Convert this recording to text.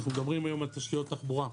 אנחנו מדברים היום על תשתיות תחבורה.